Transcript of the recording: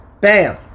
Bam